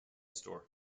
store